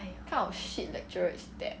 what kind of shit lecturer is that